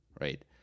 right